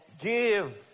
give